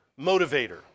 motivator